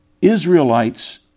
Israelites